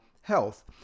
health